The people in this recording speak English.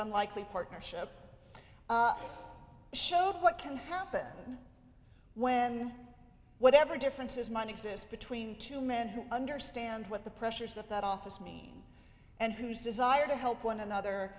unlikely partnership showed what can happen when whatever differences money exist between two men who understand what the pressures of that office mean and whose desire to help one another